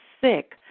sick